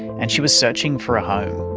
and she was searching for a home.